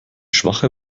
schwache